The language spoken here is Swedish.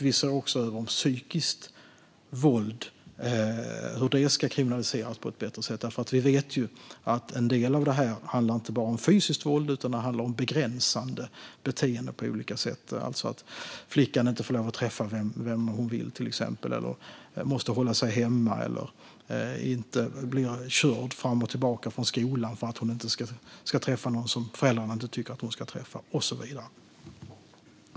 Vi ser också över hur psykiskt våld ska kunna kriminaliseras på ett bättre sätt. Vi vet att det inte handlar om bara fysiskt våld utan om olika begränsande beteenden, till exempel att en flicka inte får träffa vem hon vill, måste hålla sig hemma, blir körd fram och tillbaka till skolan för att inte kunna träffa någon som föräldrarna inte vill att hon ska träffa och så vidare.